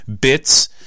bits